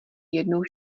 jednou